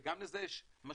וגם לזה יש משמעות,